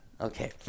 Okay